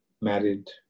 married